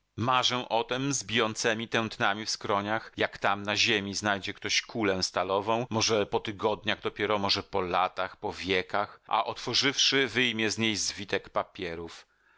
marzę o tem z bijącemi tętnami w skroniach jak tam na ziemi znajdzie ktoś kulę stalową może po tygodniach dopiero może po latach po wiekach a otworzywszy wyjmie z niej zwitek papierów